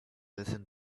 listen